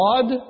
God